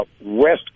West